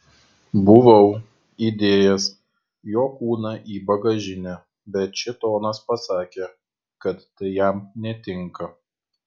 buvau įdėjęs jo kūną į bagažinę bet šėtonas pasakė kad tai jam netinka